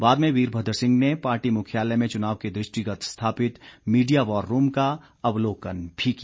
बाद में वीरभद्र सिंह ने पार्टी मुख्यालय में चुनाव के दृष्टिगत स्थापित मीडिया वार रूम का अवलोकन भी किया